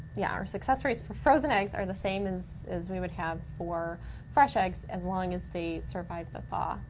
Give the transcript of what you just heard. yeah. our success rates for frozen eggs are the same as as we would have for fresh eggs, as long as they survive the thaw.